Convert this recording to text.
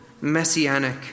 messianic